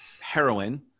Heroin